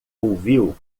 ouviu